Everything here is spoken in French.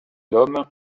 l’homme